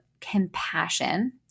compassion